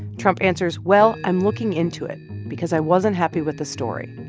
trump answers, well, i'm looking into it because i wasn't happy with the story.